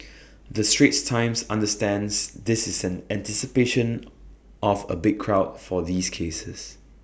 the straits times understands this is in anticipation of A big crowd for these cases